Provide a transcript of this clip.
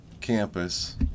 campus